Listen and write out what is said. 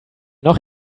noch